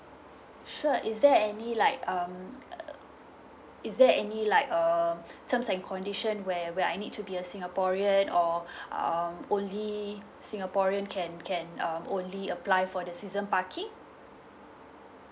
sure is there any like um uh is there any like um terms and condition where where I need to be a singaporean or um only singaporean can can um only apply for the season parking